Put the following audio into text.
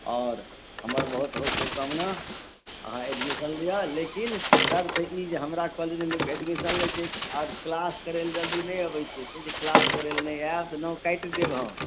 आओर हमर बहुत बहुत शुभकामना अहाँ एडमिशन लिअ लेकिन शर्त ई जे हमरा कॉलेजमे लोक एडमिशन लैत छै आओर क्लास करय लेल जल्दी नहि अबैत छै से जे क्लास करय लेल नहि आयब तऽ नाम काटि देब हम